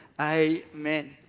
Amen